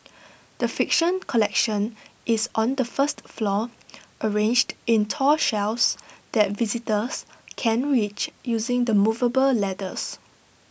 the fiction collection is on the first floor arranged in tall shelves that visitors can reach using the movable ladders